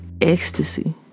ecstasy